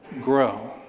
grow